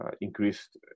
increased